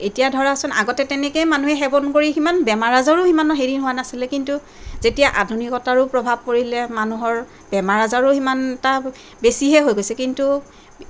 এতিয়া ধৰাচোন আগতে তেনেকেই মানুহে সেৱন কৰি কিমান বেমাৰ আজাৰো সিমান হেৰি হোৱা নাছিলে কিন্তু যেতিয়া আধুনিকতাৰো প্ৰভাৱ পৰিলে মানুহৰ বেমাৰ আজাৰো সিমানটা বেছিহে হৈ গৈছে কিন্তু